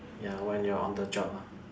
ya when you are on the job lah